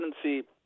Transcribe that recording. presidency